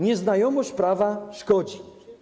Nieznajomość prawa szkodzi.